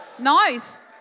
Nice